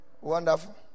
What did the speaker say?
Wonderful